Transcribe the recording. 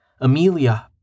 Amelia